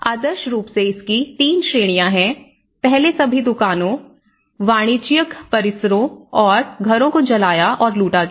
आदर्श रूप से इसकी 3 श्रेणियां हैं पहले सभी दुकानों वाणिज्यिक परिसरों और घरों को जलाया और लूटा गया